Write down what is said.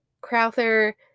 Crowther